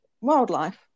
wildlife